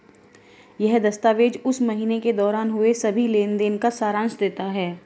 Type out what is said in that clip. यह दस्तावेज़ उस महीने के दौरान हुए सभी लेन देन का सारांश देता है